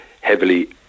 heavily